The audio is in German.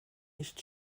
nicht